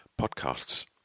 podcasts